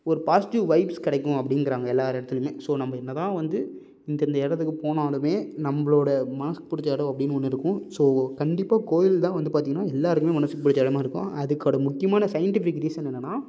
ஒரு positive vibes கிடைக்கும் அப்படிங்கிறாங்க எல்லார் இடத்துலையுமே ஸோ நம்ப என்ன தான் வந்து இந்த இந்த இடத்துக்கு போனாலுமே நம்பளோட மனசுக்கு பிடிச்ச இடம் அப்படின்னு ஒன்று இருக்கும் ஸோ கண்டிப்பாக கோயில் தான் வந்து பார்த்தீங்கன்னா எல்லாருக்குமே மனசுக்கு பிடிச்ச இடமா இருக்கும் அதுக்கோட முக்கியமான சயின்ட்டிஃபிக் ரீசன் என்னன்னா